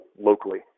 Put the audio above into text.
locally